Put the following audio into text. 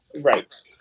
Right